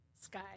Sky